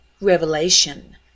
Revelation